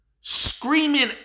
screaming